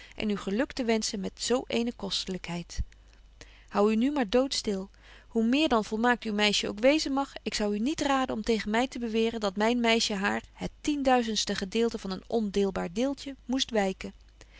en u geluk te wenschen met zo eene kostelykheid hou u nu maar dood stil hoe meer dan volmaakt uw meisje ook wezen mag ik zou u niet raden om tegen my te beweren dat myn meisje haar het tienduizendste gedeelte van een ondeelbaar deeltje moest wyken